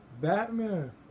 Batman